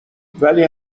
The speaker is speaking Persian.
ولی